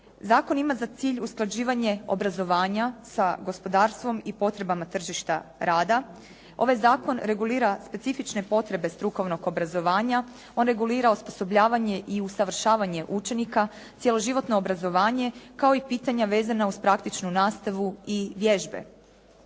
Zakon ima za cilj usklađivanje obrazovanja sa gospodarstvom i potrebama tržišta rada. Ovaj zakon regulira specifične potrebe strukovnog obrazovanja. On regulira osposobljavanje i usavršavanje učenika, cjeloživotno obrazovanje kao i pitanja vezana uz praktičnu nastavu i vježbe.